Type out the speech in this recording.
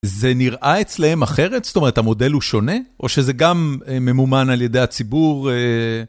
זה נראה אצלהם אחרת? זאת אומרת, המודל הוא שונה? או שזה גם ממומן על ידי הציבור?